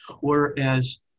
Whereas